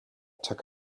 took